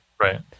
Right